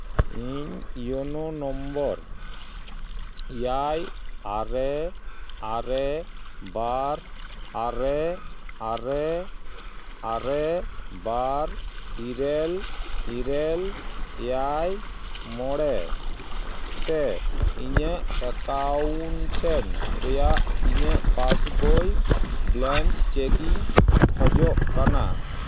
ᱤᱧ ᱤᱭᱳᱱᱳ ᱱᱚᱢᱵᱚᱨ ᱮᱭᱟᱭ ᱟᱨᱮ ᱟᱨᱮ ᱵᱟᱨ ᱟᱨᱮ ᱟᱨᱮ ᱟᱨᱮ ᱵᱟᱨ ᱤᱨᱟᱹᱞ ᱤᱨᱟᱹᱞ ᱮᱭᱟᱭ ᱢᱚᱬᱮ ᱛᱮ ᱤᱧᱟᱹᱜ ᱮᱠᱟᱣᱩᱱᱴᱮᱱᱴ ᱨᱮᱭᱟᱜ ᱤᱧᱟᱹᱜ ᱯᱟᱥᱵᱳᱭ ᱵᱮᱞᱮᱱᱥ ᱪᱮᱠ ᱤᱧ ᱠᱷᱚᱡᱚᱜ ᱠᱟᱱᱟ